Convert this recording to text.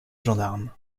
gendarme